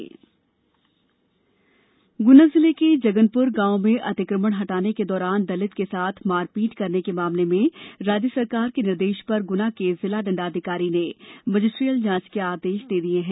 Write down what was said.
गुना अतिक्रमण ग्ना जिले के जगनपुर गांव में अतिक्रमण हटाने के दौरान दलित के साथ मारपीट करने के मामले में राज्य शासन के निर्देश पर गुना के जिला दंडाधिकारी ने मजिस्ट्रियल जांच के आदेश कर दिये हैं